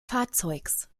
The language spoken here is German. fahrzeugs